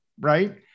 Right